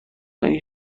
این